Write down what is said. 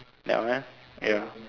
that one ya